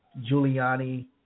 Giuliani